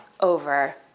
over